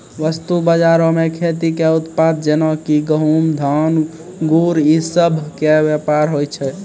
वस्तु बजारो मे खेती के उत्पाद जेना कि गहुँम, धान, गुड़ इ सभ के व्यापार होय छै